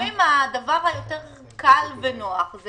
הבנקים לפעמים הדבר היותר קל ונוח זה